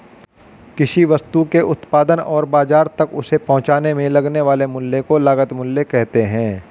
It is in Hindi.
किसी वस्तु के उत्पादन और बाजार तक उसे पहुंचाने में लगने वाले मूल्य को लागत मूल्य कहते हैं